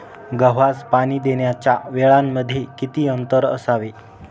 गव्हास पाणी देण्याच्या वेळांमध्ये किती अंतर असावे?